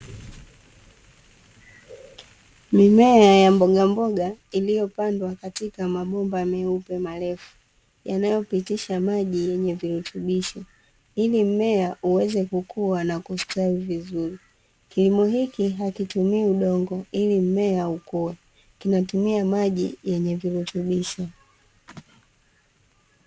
Mimea ya mbogamboga iliyopandwa katika mabomba meupe marefu yanayopitisha maji yenye virutubisho, ili mmea uweze kukua na kustawi vizuri; kilimo hiki hakitumii udongo ili mmea ukue kinatumia maji yenye virutubisho.